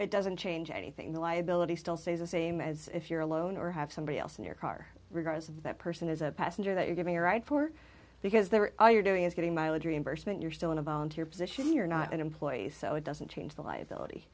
it doesn't change anything the liability still stays the same as if you're alone or have somebody else in your car regardless of that person is a passenger that you give a ride for because they're all you're doing is getting mileage reimbursement you're still in a volunteer position here not an employee so it doesn't change the liability